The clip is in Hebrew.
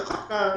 באישור תקין,